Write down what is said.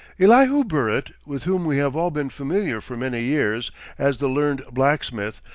elihu burritt, with whom we have all been familiar for many years as the learned blacksmith,